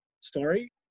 story